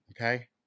Okay